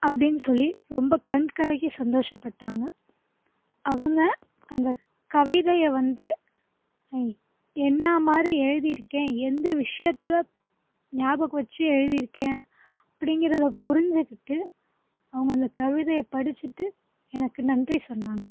அப்படினு சொல்லி ரொம்ப கண்கலங்கி சந்தோஷப்பட்டாங்க அவங்க அந்த கவிதையை வந்து என்ன மாதிரி எழுதியிருக்கேன் எந்த விசயத்தில் ஞாபகம் வச்சி எழுதியிருக்கேன் அப்படிங்கிறத புரிஞ்சிக்கிட்டு அவங்க அந்த கவிதையை படிச்சுட்டு எனக்கு நன்றி சொன்னாங்கள்